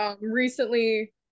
Recently